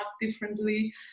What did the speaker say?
differently